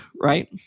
right